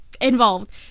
involved